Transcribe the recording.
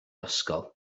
ysgol